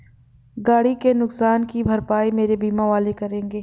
गाड़ी के नुकसान की भरपाई मेरे बीमा वाले करेंगे